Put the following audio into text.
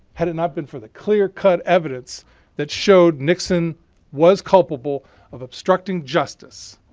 had it not been for the clear cut evidence that showed nixon was culpable of obstructing justice.